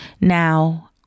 Now